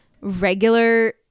regular